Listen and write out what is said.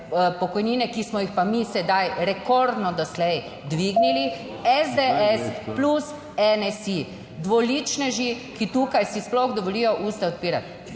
ki smo jih pa mi sedaj rekordno doslej dvignili. SDS plus NSi, dvoličneži, ki tukaj si sploh dovolijo usta odpirati.